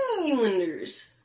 Islanders